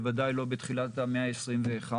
בוודאי לא בתחילת המאה ה-21.